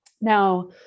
Now